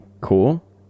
cool